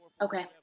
Okay